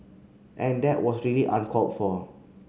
and that was really uncalled for